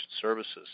Services